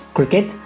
Cricket